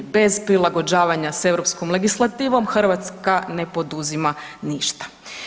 Bez prilagođavanja s europskom legislativom Hrvatska ne poduzima ništa.